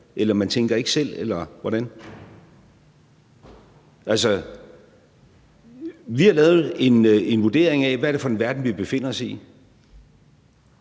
eller hvad? Tænker man ikke selv, eller hvordan? Altså, vi har lavet en vurdering af, hvad det er for en verden, vi befinder os i.